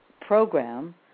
program